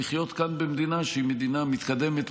לחיות במדינה שהיא מדינה מתקדמת,